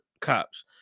cops